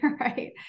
right